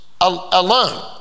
alone